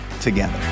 together